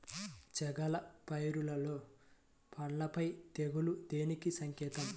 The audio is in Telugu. చేగల పైరులో పల్లాపై తెగులు దేనికి సంకేతం?